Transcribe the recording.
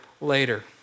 later